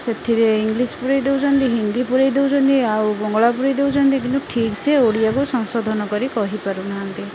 ସେଥିରେ ଇଂଲିଶ ପୁରେଇ ଦଉଚନ୍ତି ହିନ୍ଦୀ ପୂରେଇ ଦଉଚନ୍ତି ଆଉ ବଙ୍ଗଳା ପୂରେଇ ଦଉଚନ୍ତି କିନ୍ତୁ ଠିକ୍ ସେ ଓଡ଼ିଆକୁ ସଂଶୋଧନ କରି କହିପାରୁନାହାନ୍ତି